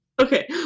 Okay